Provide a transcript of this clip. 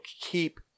keep